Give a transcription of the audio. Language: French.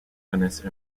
connaissent